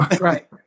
Right